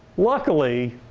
luckily,